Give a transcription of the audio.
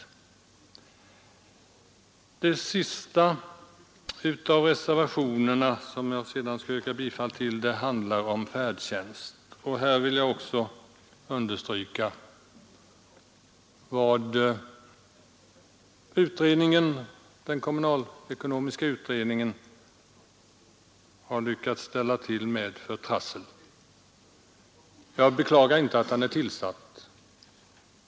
Den sista av de reservationer som jag senare skall yrka bifall till handlar om färdtjänst. Jag vill understryka att den kommunalekonomiska utredningen har lyckats ställa till med en del trassel på detta område. Jag beklagar inte att den är tillsatt.